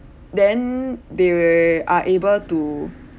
then they are able to